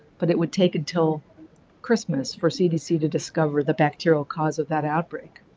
but it would take until christmas for cdc to discover the bacterial cause of that outbreak.